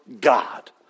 God